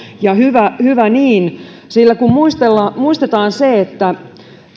ja hyvä hyvä niin kun muistetaan muistetaan se että